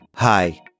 Hi